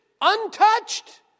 untouched